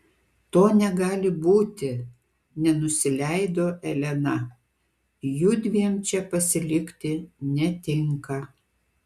to negali būti nenusileido elena judviem čia pasilikti netinka